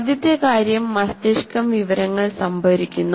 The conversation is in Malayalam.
ആദ്യത്തെ കാര്യം മസ്തിഷ്കം വിവരങ്ങൾ സംഭരിക്കുന്നു